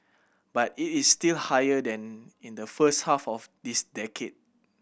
but it is still higher than in the first half of this decade